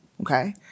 okay